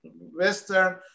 Western